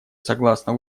согласна